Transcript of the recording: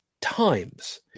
times